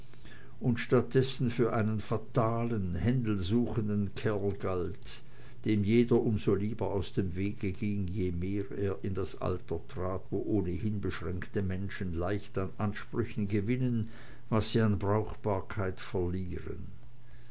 und statt dessen für einen fatalen händel suchenden kerl galt dem jeder um so lieber aus dem wege ging je mehr er in das alter trat wo ohnehin beschränkte menschen leicht an ansprüchen gewinnen was sie an brauchbarkeit verlieren